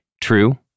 true